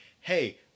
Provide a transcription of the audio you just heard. hey